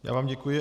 Já vám děkuji.